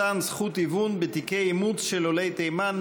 מתן זכות עיון בתיקי אימוץ של עולי תימן,